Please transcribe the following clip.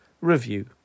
review